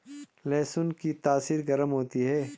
लहसुन की तासीर गर्म होती है